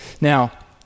Now